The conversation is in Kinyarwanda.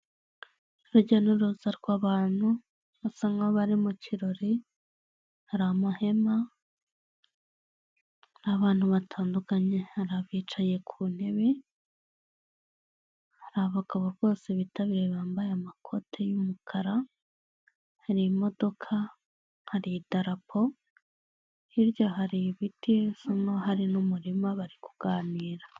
Urujya n'uruza rw'abantu basa nkabari mu kirori hari amahema, abantu batandukanye hari bicaye ku ntebe, hari abagabo rwose bitabiriye bambaye amakote y'umukara hari imodoka, hari idarapo, hirya hari ibiti bisa n'aho mu mumurima bari kuganira.